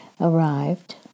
arrived